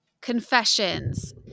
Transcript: Confessions